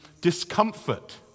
discomfort